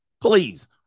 Please